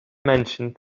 mentioned